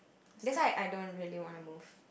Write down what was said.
that's why I don't really want to move